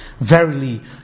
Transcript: Verily